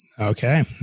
Okay